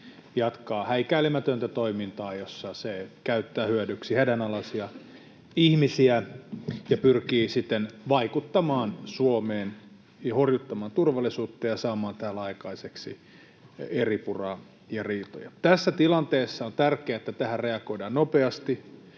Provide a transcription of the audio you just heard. jatkaa häikäilemätöntä toimintaa, jossa se käyttää hyödyksi hädänalaisia ihmisiä ja pyrkii siten vaikuttamaan Suomeen, horjuttamaan turvallisuutta ja saamaan täällä aikaiseksi eripuraa ja riitoja. Tässä tilanteessa on tärkeää, että tähän reagoidaan nopeasti,